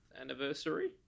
anniversary